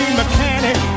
mechanic